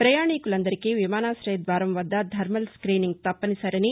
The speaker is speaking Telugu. పయాణికులందరికీ విమానాశయ ద్వారం వద్ద థర్మల్ స్కోనింగ్ తప్పనిసరనీ